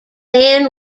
then